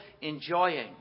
enjoying